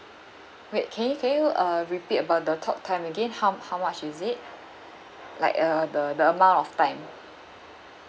wait can you can you uh repeat about the talk time again how how much is it like uh the the amount of time